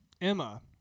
Emma